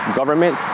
government